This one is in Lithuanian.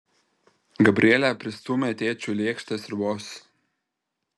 gabrielė pristūmė tėčiui lėkštę sriubos